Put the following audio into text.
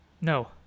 no